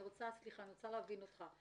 אני רוצה להבין אותך.